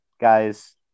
Guys